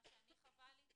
מה שלי חבל זה